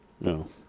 No